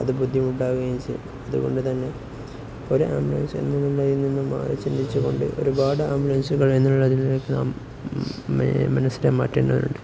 അത് ബുദ്ധിമുട്ടാകുകയും ചെയ്യും അതുകൊണ്ട് തന്നെ ഒരു ആംബുലൻസ് എന്നുള്ളതിൽ നിന്നും മാറി ചിന്തിച്ചുകൊണ്ട് ഒരുപാട് ആംബുലൻസുകൾ എന്നുള്ളതിലേക്ക് നാം മനസ്സിനെ മാറ്റേണ്ടതുണ്ട്